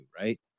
right